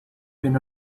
been